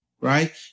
right